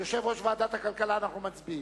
יושב-ראש ועדת הכלכלה אנחנו מצביעים.